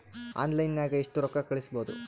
ಆನ್ಲೈನ್ನಾಗ ಎಷ್ಟು ರೊಕ್ಕ ಕಳಿಸ್ಬೋದು